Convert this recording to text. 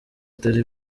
atari